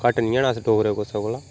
घट्ट नी हैन अस डोगरे कुसै कोला